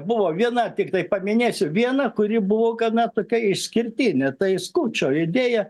buvo viena tiktai paminėsiu vieną kuri buvo gana tokia išskirtinė tai skučo idėja